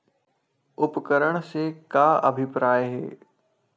उपकरण से का अभिप्राय हे?